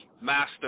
master